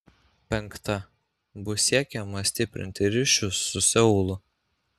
penkta bus siekiama stiprinti ryšius su seulu